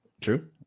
true